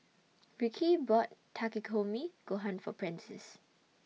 Ricky bought Takikomi Gohan For Prentiss